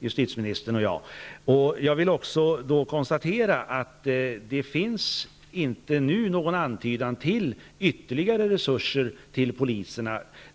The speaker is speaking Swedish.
justitieministern och jag, ense. Jag vill då också konstatera att det inte nu finns någon antydan till ytterligare resurser till poliserna.